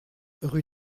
rue